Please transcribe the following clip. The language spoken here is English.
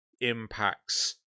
impacts